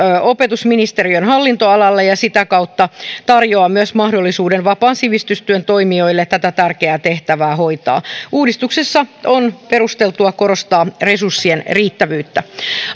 opetusministeriön hallinnonalalle ja sitä kautta tarjoaa mahdollisuuden vapaan sivistystyön toimijoille tätä tärkeää tehtävää hoitaa uudistuksessa on perusteltua korostaa resurssien riittävyyttä